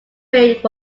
rate